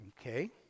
okay